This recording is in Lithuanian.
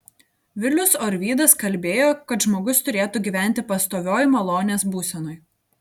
vilius orvydas kalbėjo kad žmogus turėtų gyventi pastovioj malonės būsenoj